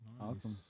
Awesome